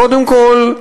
קודם כול,